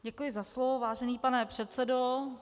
Děkuji za slovo, vážený pane předsedo.